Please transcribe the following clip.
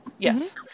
yes